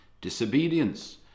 Disobedience